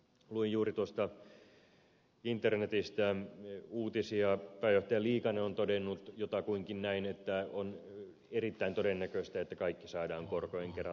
luin juuri internetistä uutisia pääjohtaja liikanen on todennut jotakuinkin näin että on erittäin todennäköistä että kaikki saadaan korkojen kera takaisin